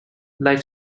life